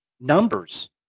numbers